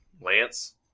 Lance